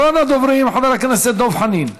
אחרון הדוברים, חבר הכנסת דב חנין.